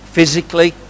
Physically